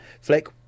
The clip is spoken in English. Flick